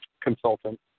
consultant